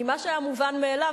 כי מה שהיה מובן מאליו,